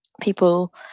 people